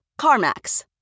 CarMax